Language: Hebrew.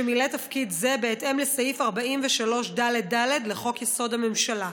שמילא תפקיד זה בהתאם לסעיף 43ד(ד) לחוק-יסוד: הממשלה.